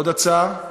עוד הצעה?